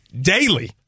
daily